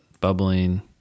bubbling